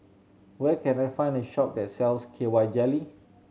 where can I find a shop that sells K Y Jelly